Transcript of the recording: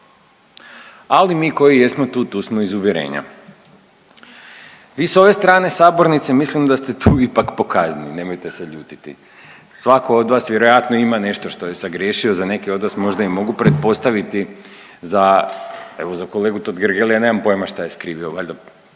Ali mi koji jesmo tu, tu smo iz uvjerenja. Vi sa ove strane sabornice mislim da ste tu ipak po kazni, nemojte se ljutiti. Svatko od vas vjerojatno ima nešto što je sagriješio. Za neke od vas možda i mogu pretpostaviti, evo za kolegu Totgergelia nemam pojma što je skrivio. Valjda,